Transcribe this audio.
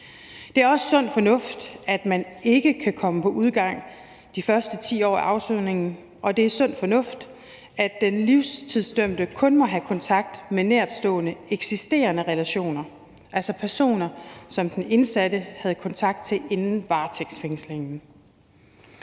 Det er også sund fornuft, at man ikke kan komme på udgang de første 10 år af afsoningen. Og det er sund fornuft, at den livstidsdømte kun må have kontakt med nærtstående eksisterende relationer, altså personer, som den indsatte havde kontakt til inden varetægtsfængslingen.